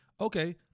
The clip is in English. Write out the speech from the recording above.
okay